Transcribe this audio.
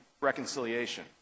reconciliation